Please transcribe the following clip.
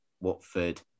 Watford